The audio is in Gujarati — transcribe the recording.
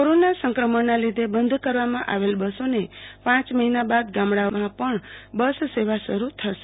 કોરોના સંક્રમણના લીધે બંધ કરવામાં આવેલ બસોને પાંચ મહિના બાદ ગામડાઓમાં પણ બસ સેવા શરૂ થશે